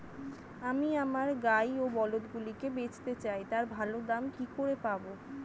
আমি আমার গাই ও বলদগুলিকে বেঁচতে চাই, তার ভালো দাম কি করে পাবো?